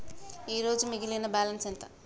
ఈరోజు మిగిలిన బ్యాలెన్స్ ఎంత?